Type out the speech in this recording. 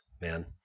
man